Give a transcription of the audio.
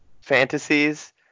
fantasies